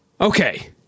okay